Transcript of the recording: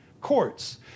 courts